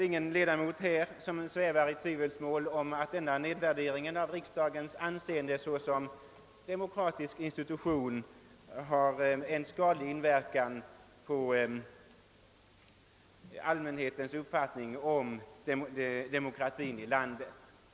Ingen ledamot här torde sväva i tvivelsmål om att denna nedvärdering av riksdagens anseende såsom demokratisk institution har en skadlig inverkan på allmänhetens uppfattning om demokratin i landet.